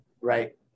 right